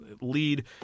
lead